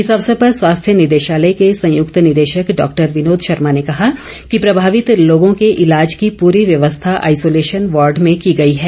इस अवसर पर स्वास्थ्य निदेशालय के संयुक्त निदेशक डॉक्टर विनोद शर्मा ने कहा कि प्रभावित लोगों के इलाज की पूरी व्यवस्था आइसोलेशन वॉर्ड में की गई है